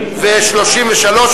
33,